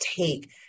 take